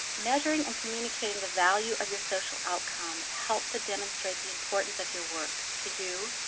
measuring and communicating the value of your social outcome helps to demonstrate the importance of your work to you,